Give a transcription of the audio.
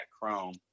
chrome